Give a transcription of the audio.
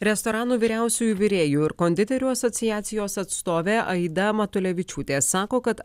restoranų vyriausiųjų virėjų ir konditerių asociacijos atstovė aida matulevičiūtė sako kad